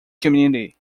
community